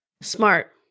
Smart